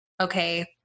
Okay